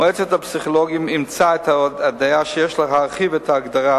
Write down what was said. מועצת הפסיכולוגים אימצה את הדעה שיש להרחיב את ההגדרה